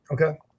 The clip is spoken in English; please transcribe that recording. okay